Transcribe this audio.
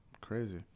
Crazy